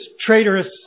traitorous